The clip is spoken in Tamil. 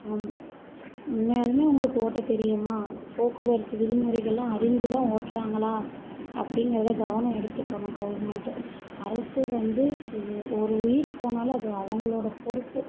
உண்மையாலுமே அவங்களுக்கு ஓட்டத் தெரியுமா போக்குவரத்து விதிமுறைகளெல்லாம் அறிஞ்சுதான் ஓட்டுறாங்களா அப்படிங்கிறத கவனம் எடுத்துக்கணும் கவுர்மெண்ட்டு அரசு வந்து இது ஒரு உயிர் போனாலும் அது அவர்களோட பொறுப்பு